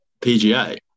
PGA